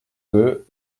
deux